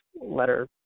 letter